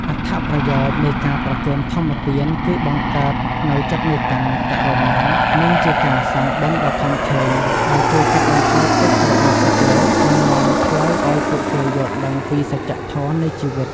អត្ថប្រយោជន៍ នៃការប្រគេនធម្មទានគឺបង្កើតនូវចិត្តមេត្តា ករុណា និងជាការសាងបុណ្យដ៏ធំធេងដែលជួយកាត់បន្ថយទុក្ខរបស់សត្វលោក និងនាំផ្លូវឲ្យពួកគេយល់ដឹងពីសច្ចធម៌នៃជីវិត។